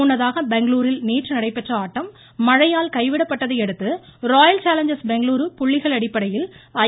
முன்னதாக பெங்களுரில் நேற்று நடைபெற்ற ஆட்டம் மழையால் கைவிடப்பட்டதை அடுத்து ராயல்சேலஞ்சா்ஸ் பெங்களுரு புள்ளிகள் அடிப்படையில் ஐ